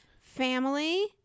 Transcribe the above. family